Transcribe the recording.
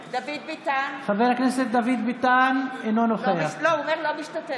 ביטן, אינו משתתף